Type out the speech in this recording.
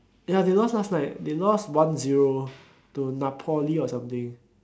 ya they lost last night they lost one zero to napoli or something